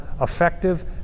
effective